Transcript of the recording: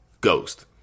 ghost